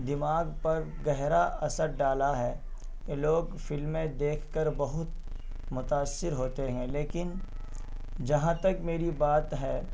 دماغ پر گہرا اثر ڈالا ہے کہ لوگ فلمیں دیکھ کر بہت متاثر ہوتے ہیں لیکن جہاں تک میری بات ہے